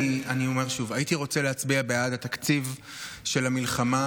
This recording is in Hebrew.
אני אומר שוב: הייתי רוצה להצביע בעד התקציב של המלחמה,